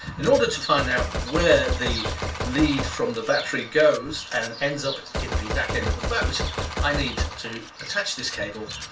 in order to find out where the lead from the battery goes and ends up in the back end of the boat i need to attach this cable,